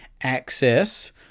access